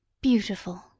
Beautiful